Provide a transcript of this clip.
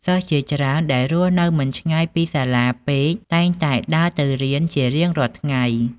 សិស្សជាច្រើនដែលរស់នៅមិនឆ្ងាយពីសាលាពេកតែងតែដើរទៅរៀនជារៀងរាល់ថ្ងៃ។